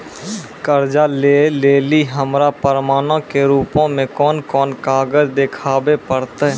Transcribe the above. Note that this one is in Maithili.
कर्जा लै लेली हमरा प्रमाणो के रूपो मे कोन कोन कागज देखाबै पड़तै?